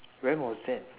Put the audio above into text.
when was that